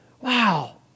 Wow